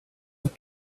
have